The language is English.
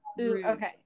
okay